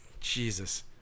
Jesus